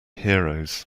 heroes